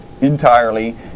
entirely